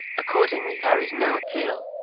accordingly there is no appeal,